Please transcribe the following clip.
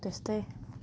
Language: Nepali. त्यस्तै